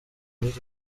gute